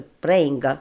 praying